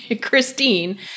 Christine